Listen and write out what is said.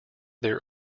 their